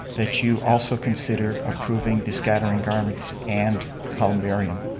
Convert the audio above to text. that you also consider approving the scattering garments and columbarium.